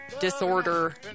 disorder